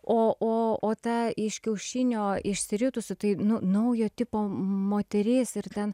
o o o ta iš kiaušinio išsiritusi tai naujo tipo moteris ir ten